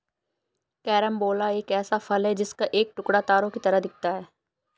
carambola एक ऐसा फल है जिसका एक टुकड़ा तारों की तरह दिखता है